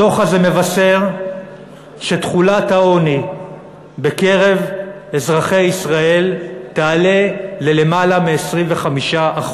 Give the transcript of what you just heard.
הדוח הזה מבשר שתחולת העוני בקרב אזרחי ישראל תעלה ליותר מ-25%,